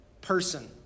person